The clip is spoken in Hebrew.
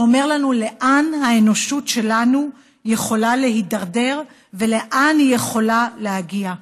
שאומר לנו לאן האנושות שלנו יכולה להידרדר ולאן היא יכולה להגיע,